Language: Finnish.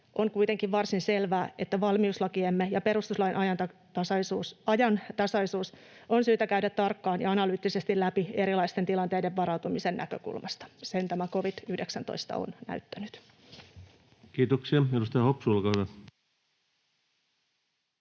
On kuitenkin varsin selvää, että valmiuslakiemme ja perustuslakimme ajantasaisuus on syytä käydä tarkkaan ja analyyttisesti läpi erilaisiin tilanteisiin varautumisen näkökulmasta, sen tämä covid-19 on näyttänyt. [Speech 99] Speaker: